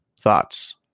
Thoughts